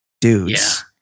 dudes